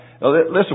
Listen